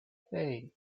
hey